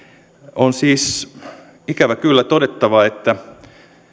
on siis ikävä kyllä todettava että